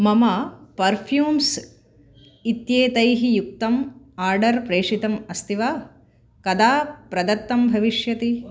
मम पर्फ़्यूम्स् इत्येतैः युक्तम् आर्डर् प्रेषितम् अस्ति वा कदा प्रदत्तं भविष्यति